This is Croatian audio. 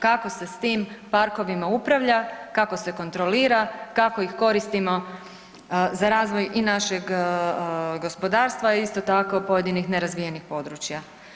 Kako se s tim parkovima upravlja, kako se kontrolira, kako ih koristimo za razvoj i našeg gospodarstva, a isto tako pojedinih nerazvijenih područja.